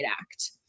Act